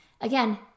again